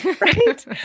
Right